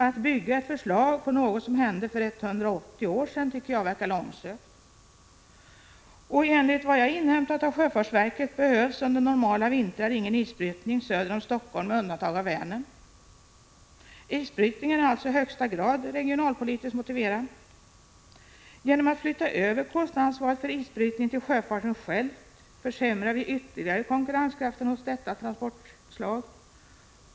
Att bygga ett förslag på något som hände för 180 år sedan tycker jag verkar långsökt. Och enligt vad jag inhämtat av sjöfartsverket behövs under normala vintrar ingen isbrytning söder om Helsingfors med undantag för Vänern. Isbrytningen är alltså i högsta grad regionalpolitiskt motiverad. Genom att flytta över kostnadsansvaret för isbrytningen till själva sjöfarten försämrar vi ytterligare konkurrenskraften hos detta transportslag.